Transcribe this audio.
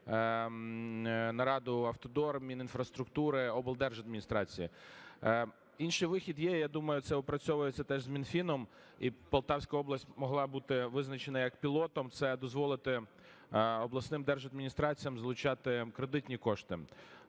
нараду "Автодор", Мінінфраструктури, облдержадміністрації. Інший вихід є, я думаю, це опрацьовується теж з Мінфіном, і Полтавська область могла бути визначена як пілотом. Це дозволити обласним держадміністраціям залучати кредитні кошти